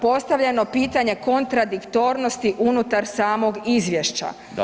postavljeno pitanje kontradiktornosti unutar samog Izvješća